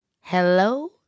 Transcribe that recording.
Hello